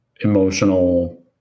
emotional